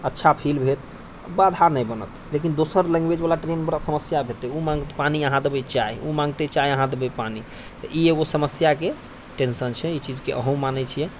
अच्छा फील होयत बाधा नहि बनत लेकिन दोसर लैंग्वेजवला लेल ई समस्या हेतै ओ माङ्गतै पानि अहाँ देबै चाय ओ माङ्गतै चाय अहाँ देबै पानि तऽ ई एगो समस्याके टेन्शन छै ई चीजके अहूँ मानै छियै